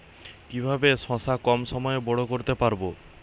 কিভাবে শশা কম সময়ে বড় করতে পারব?